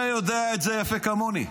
אתה יודע את זה יפה כמוני.